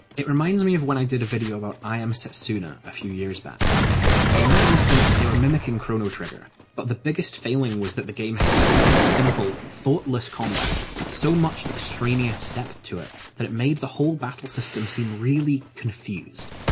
it reminds me of when i did a video about i am setsuna a few years back in that instance, they were mimicking chrono trigger, but the biggest failing was that the game had very simple, thoughtless combat, with so much extraneous depth to it that it made the whole battle system seem really confused.